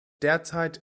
derzeit